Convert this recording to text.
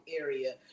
area